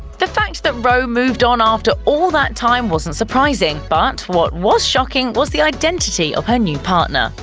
the fact that rowe moved on after all that time wasn't surprising, but what was shocking was the identity of her new partner,